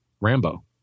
Rambo